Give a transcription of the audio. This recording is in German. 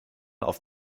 auf